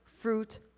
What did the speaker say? fruit